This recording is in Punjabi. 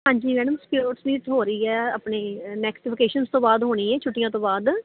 ਹਾਂਜੀ ਮੈਡਮ ਸਪੋਟਸ ਮੀਟਸ ਹੋ ਰਹੀ ਹੈ ਆਪਣੇ ਨੈਕਸਟ ਵਕੇਸ਼ਨ ਤੋਂ ਬਾਅਦ ਹੋਣੀ ਹੈ ਛੁੱਟੀਆਂ ਤੋਂ ਬਾਅਦ